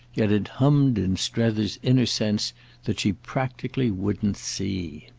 yet it hummed in strether's inner sense that she practically wouldn't see.